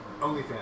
OnlyFans